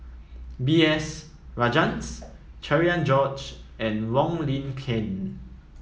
B S Rajhans Cherian George and Wong Lin Ken